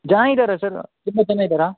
ಜನ ಇದ್ದಾರ ಸರ್ ತುಂಬ ಜನ ಇದ್ದಾರ